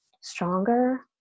stronger